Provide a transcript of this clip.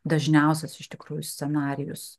dažniausias iš tikrųjų scenarijus